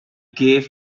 gave